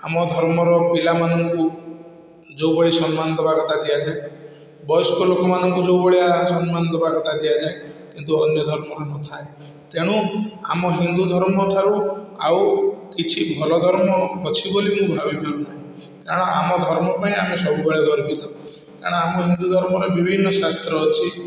ଆମ ଧର୍ମର ପିଲାମାନଙ୍କୁ ଯେଉଁ ଭଳି ସମ୍ମାନ ଦେବା କଥା ଦିଆଯାଏ ବୟସ୍କ ଲୋକମାନଙ୍କୁ ଯେଉଁ ଭଳିଆ ସମ୍ମାନ ଦେବା କଥା ଦିଆଯାଏ କିନ୍ତୁ ଅନ୍ୟ ଧର୍ମରେ ନ ଥାଏ ତେଣୁ ଆମ ହିନ୍ଦୁ ଧର୍ମ ଠାରୁ ଆଉ କିଛି ଭଲ ଧର୍ମ ଅଛି ବୋଲି ମୁଁ ଭାବି ପାରୁ ନାହିଁ କାରଣ ଆମ ଧର୍ମ ପାଇଁ ଆମେ ସବୁବେଳେ ଗର୍ବିତ କାରଣ ଆମ ହିନ୍ଦୁ ଧର୍ମରେ ବିଭିନ୍ନ ଶାସ୍ତ୍ର ଅଛି